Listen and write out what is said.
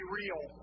real